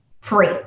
free